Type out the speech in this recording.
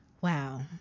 wow